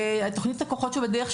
תכנית "כ"חות שבדרך",